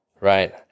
right